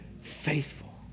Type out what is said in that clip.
faithful